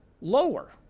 lower